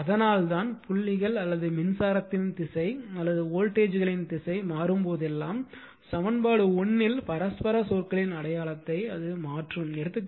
எனவே அதனால்தான் புள்ளிகள் அல்லது மின்சாரத்தின் திசை அல்லது வோல்டேஜ்களின் திசை மாறும்போதெல்லாம் சமன்பாடு 1 இல் பரஸ்பர சொற்களின் அடையாளத்தை மாற்றும்